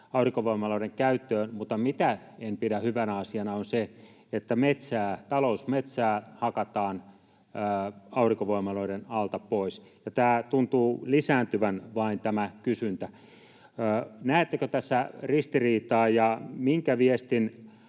aurinkovoimaloiden käyttöön, mutta mitä en pidä hyvänä asiana, on se, että metsää, talousmetsää, hakataan aurinkovoimaloiden alta pois. Tämä kysyntä tuntuu vain lisääntyvän. Näettekö tässä ristiriitaa ja minkä viestin